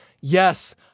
Yes